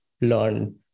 learn